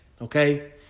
okay